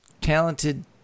Talented